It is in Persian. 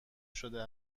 شده